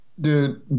Dude